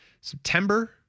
September